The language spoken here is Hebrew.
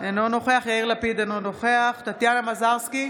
אינו נוכח יאיר לפיד, אינו נוכח טטיאנה מזרסקי,